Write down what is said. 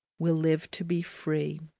will live to be free!